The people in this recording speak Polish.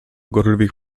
gorliwych